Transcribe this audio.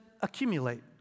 accumulate